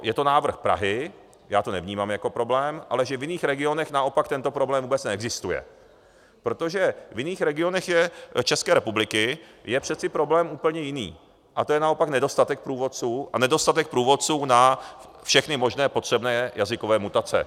Je to návrh Prahy, já to nevnímám jako problém, ale že v jiných regionech tento problém vůbec neexistuje, protože v jiných regionech České republiky je přece problém úplně jiný, to je naopak nedostatek průvodců a nedostatek průvodců na všechny možné potřebné jazykové mutace.